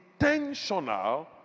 intentional